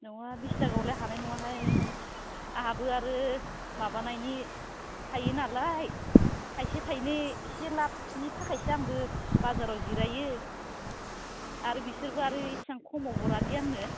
नङा बिस थाखायावलाय हानाय नङाहाय आंहाबो आरो माबानायनि थायो नालाय थाइसे थाइनै इसे लाबनि थाखायसो आंबो बाजाराव जिरायो आरो बिसोरबो आरो एसां खमाव हरादि आंनो